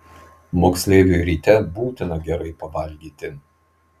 moksleiviui ryte būtina gerai pavalgyti